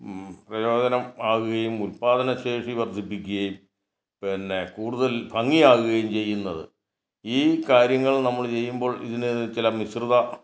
പ്രയോജനം ആകുകയും ഉത്പാദനശേഷി വര്ദ്ധിപ്പിക്കുകയും പിന്നെ കൂടുതല് ഭംഗിയാക്കുകയും ചെയ്യുന്നത് ഈ കാര്യങ്ങള് നമ്മൾ ചെയ്യുമ്പോൾ ഇതിന് ചില മിശ്രിത